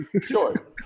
Sure